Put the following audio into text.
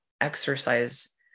exercise